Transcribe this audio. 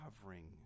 covering